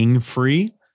free